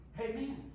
Amen